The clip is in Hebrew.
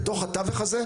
בתוך התווך הזה,